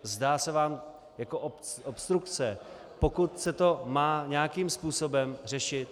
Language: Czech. Zdá se vám jako obstrukce, pokud se to má nějakým způsobem řešit?